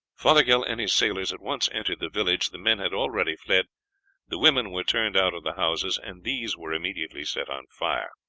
fothergill and his sailors at once entered the village. the men had already fled the women were turned out of the houses, and these were immediately set on fire.